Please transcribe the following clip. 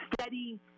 steady